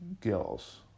girls